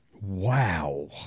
Wow